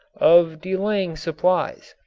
of delaying supplies,